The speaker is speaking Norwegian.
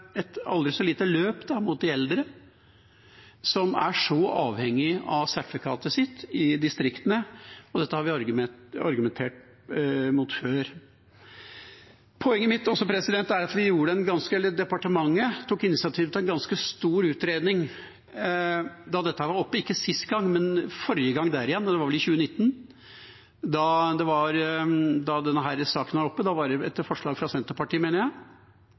et aldri så lite løp mot de eldre, som er så avhengig av sertifikatet sitt i distriktene, og dette har vi argumentert mot før. Poenget mitt er også at departementet tok initiativ til en ganske stor utredning – ikke sist gang dette var oppe, men gangen før det igjen – det var vel i 2019 denne saken var oppe, og da var det etter forslag fra Senterpartiet, mener jeg.